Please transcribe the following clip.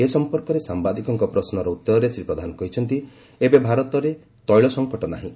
ଏ ସମ୍ପର୍କରେ ସାମ୍ବାଦିକଙ୍କ ପ୍ରଶ୍ରର ଉତ୍ତରରେ ଶ୍ରୀ ପ୍ରଧାନ କହିଛନ୍ତି ଏବେ ଭାରତରେ ତେିଳ ସଙ୍କଟ ନାହିଁ